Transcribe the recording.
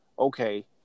okay